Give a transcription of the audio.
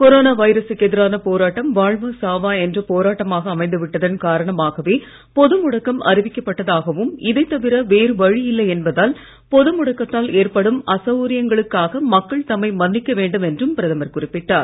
corona வைரசுக்கு எதிரான போராட்டம் வாழ்வா சாவா என்ற போராட்டமாக அமைந்து விட்டதன் காரணமாகவே பொது முடக்கம் அறிவிக்கப் பட்டதாகவும் இதை தவிர வேறு வழி இல்லை என்பதால் பொது முடக்கத்தால் ஏற்படும் அசவுகரியங்களுக்காக மக்கள் தம்மை மன்னிக்க வேண்டும் என்றும் பிரதமர் குறிப்பிட்டார்